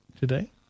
today